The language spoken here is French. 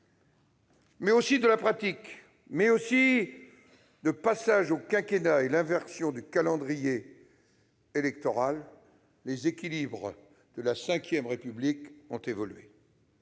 temps et de la pratique, mais aussi avec le passage au quinquennat et avec l'inversion du calendrier électoral, les équilibres de la V République ont évolué.